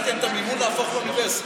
נתתי את המימון להפוך לאוניברסיטה.